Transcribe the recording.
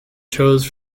chose